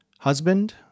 Husband